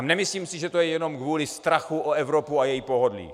Nemyslím si, že je to jen kvůli strachu o Evropu a její pohodlí.